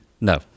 No